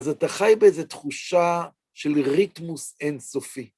אז אתה חי באיזו תחושה של ריתמוס אינסופי.